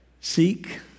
Seek